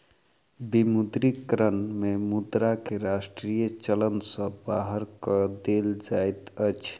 विमुद्रीकरण में मुद्रा के राष्ट्रीय चलन सॅ बाहर कय देल जाइत अछि